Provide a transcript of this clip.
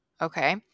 Okay